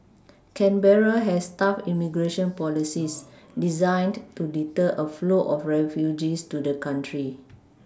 Canberra has tough immigration policies designed to deter a flow of refugees to the country